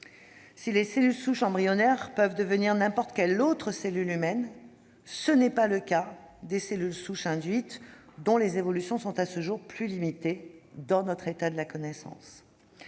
si les cellules souches embryonnaires peuvent devenir n'importe quelle autre cellule humaine, ce n'est pas le cas des cellules souches induites, dont les évolutions sont plus limitées, en l'état actuel de la connaissance.